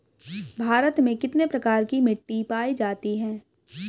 भारत में कितने प्रकार की मिट्टी पाई जाती हैं?